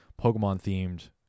Pokemon-themed